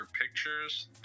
pictures